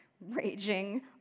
raging